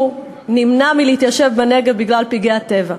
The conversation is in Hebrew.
נמנע מלהתיישב בנגב בגלל פגעי הטבע.